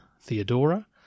Theodora